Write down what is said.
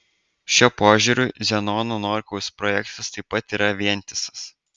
šiuo požiūriu zenono norkaus projektas taip pat yra vientisas